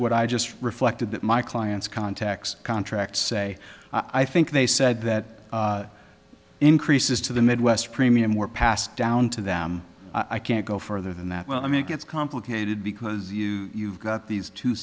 what i just reflected that my clients contacts contracts say i think they said that increases to the midwest premium were passed down to them i can't go further than that well i mean it gets complicated because you've got these two